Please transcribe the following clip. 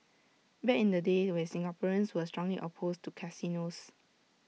back in the day with Singaporeans were strongly opposed to casinos